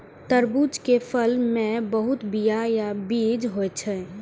तरबूज के फल मे बहुत बीया या बीज होइ छै